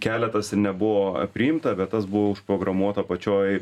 keletas ir nebuvo priimta bet tas buvo užprogramuota pačioj